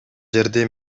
жерде